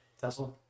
tesla